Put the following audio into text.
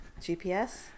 gps